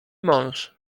mąż